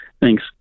Thanks